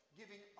giving